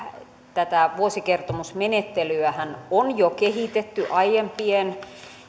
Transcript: tätä vuosikertomusmenettelyähän on jo kehitetty aiempien